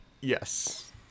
Yes